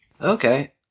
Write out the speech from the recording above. Okay